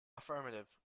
affirmative